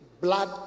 blood